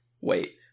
wait